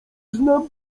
znam